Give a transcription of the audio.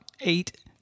eight